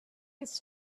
his